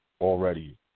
already